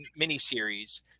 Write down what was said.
miniseries